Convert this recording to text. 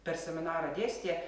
per seminarą dėstė